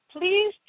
please